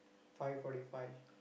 five forty five